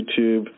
YouTube